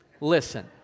listen